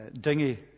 dinghy